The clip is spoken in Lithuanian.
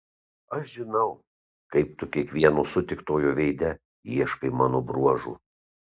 aš žinau kaip tu kiekvieno sutiktojo veide ieškai mano bruožų